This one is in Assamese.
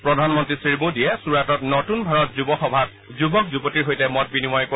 প্ৰধানমন্ত্ৰী শ্ৰী মোডীয়ে চূৰাটত নতুন ভাৰত যুৱ সভাত যুৱক যুৱতীৰ সৈতে মত বিনিময় কৰিব